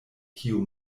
kiu